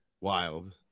wild